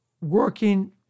working